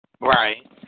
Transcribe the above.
Right